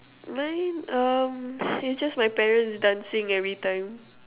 mine um it's just my parents dancing every time